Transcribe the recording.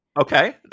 Okay